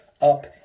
up